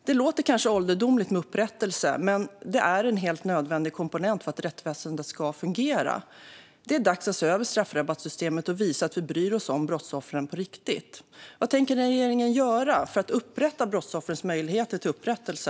Det låter kanske ålderdomligt med upprättelse, men det är en helt nödvändig komponent för att rättsväsendet ska fungera. Det är dags att se över straffrabattsystemet och visa att vi bryr oss om brottsoffren på riktigt. Vad tänker regeringen göra för att återupprätta brottsoffrens möjligheter till upprättelse?